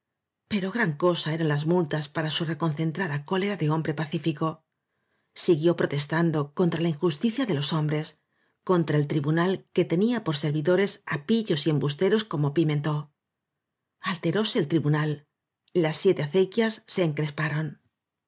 pero gran cosa eran las multas para su reconcentrada cólera de hombre pacífico si guió protestando contra la injusticia de los hombres contra el tribunal que tenía por ser vidores á pillos y embusteros como pime itb alteróse el tribunal las siete acequias se encresparon